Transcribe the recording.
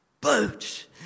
Boot